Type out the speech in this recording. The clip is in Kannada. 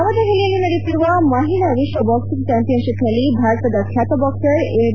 ನವದೆಹಲಿಯಲ್ಲಿ ನಡೆಯುತ್ತಿರುವ ಮಹಿಳಾ ವಿಶ್ವ ಬಾಕ್ಲಿಂಗ್ ಚಾಂಪಿಯನ್ಷಿಪ್ನಲ್ಲಿ ಭಾರತದ ಖ್ಯಾತ ಬಾಕ್ಲರ್ ಎಂ